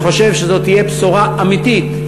אני חושב שזו תהיה בשורה אמיתית,